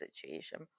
situation